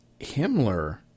Himmler